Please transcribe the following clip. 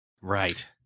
Right